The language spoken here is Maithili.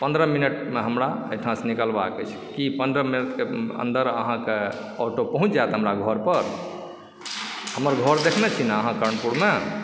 पन्द्रह मिनटमे हमरा एहिठामसँ निकलबाक अछि की पन्द्रह मिनटके अन्दर अहाँके ऑटो पहुँच जायत हमरा घरपर हमर घर देखने छी ने अहाँ कर्णपुरमे